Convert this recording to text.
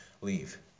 leave